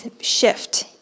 shift